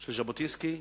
של ז'בוטינסקי,